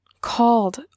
called